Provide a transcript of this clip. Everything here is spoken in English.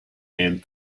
and